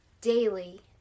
daily